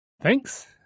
Thanks